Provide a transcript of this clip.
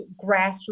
grassroots